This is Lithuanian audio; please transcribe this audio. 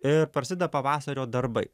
ir prasida pavasario darbai